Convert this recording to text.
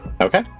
okay